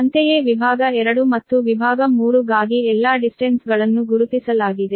ಅಂತೆಯೇ ವಿಭಾಗ 2 ಮತ್ತು ವಿಭಾಗ 3 ಗಾಗಿ ಎಲ್ಲಾ ಡಿಸ್ಟೆನ್ಸ್ ಗಳನ್ನು ಗುರುತಿಸಲಾಗಿದೆ